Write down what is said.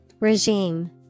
Regime